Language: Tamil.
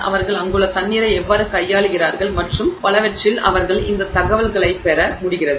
அவர்கள் அங்குள்ள தண்ணீரை எவ்வாறு கையாளுகிறார்கள் மற்றும் பலவற்றால் அவர்கள் இந்த தகவலைப் பெற முடிகிறது